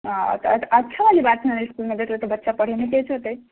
हँ अच्छा ई बात ने इसकुलमे जेतै तऽ बच्चा पढ़यमे नीक होतै